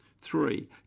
Three